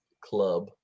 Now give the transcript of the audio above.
club